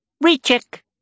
Recheck